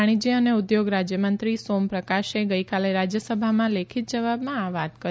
વાણિજ્ય અને ઉદ્યોગ રાજ્ય મંત્રી સોમ પ્રકાશે ગઇકાલે રાજ્યસભામાં લેખિત જવાબમાં આ વાત કરી